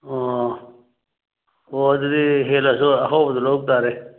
ꯑꯣ ꯑꯣ ꯑꯗꯨꯗꯤ ꯍꯦꯜꯂꯁꯨ ꯑꯍꯥꯎꯕꯗꯣ ꯂꯧꯕ ꯇꯥꯔꯦ